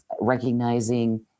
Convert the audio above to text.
recognizing